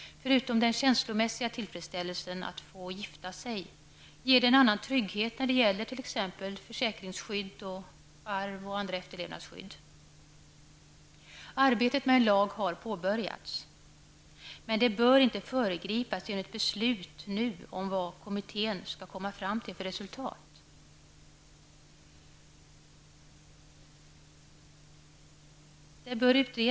Förutom den känslomässiga tillfredsställelsen av att få gifta sig ger det en annan trygghet när det gäller t.ex. försäkringsskydd, arv och andra efterlevandeskydd. Arbetet med en lag har påbörjats. Men det bör inte föregripas genom ett beslut nu om vad kommittén skall komma fram till för resultat.